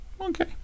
Okay